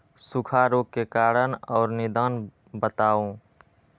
सूखा रोग के कारण और निदान बताऊ?